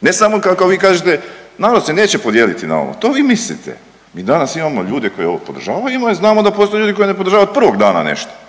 Ne samo kako vi kažete narod se neće podijeliti na ovo. To vi mislite. Mi danas imamo ljude koji ovo podržavaju i ima, znamo da postoje ljudi koji ne podržavaju od prvog dana nešto.